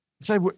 say